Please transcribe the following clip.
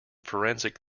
forensic